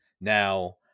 Now